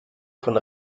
von